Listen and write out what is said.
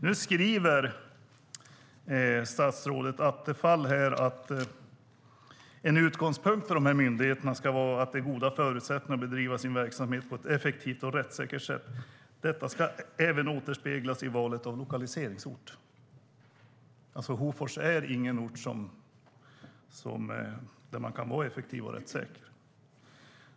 Statsrådet Attefall skriver i interpellationssvaret: "En utgångspunkt ska vara att myndigheterna ges goda förutsättningar att bedriva sin verksamhet på ett effektivt och rättssäkert sätt. Detta ska återspeglas även i valet av lokaliseringsort." Hofors är alltså ingen ort där man kan vara effektiv och rättssäker.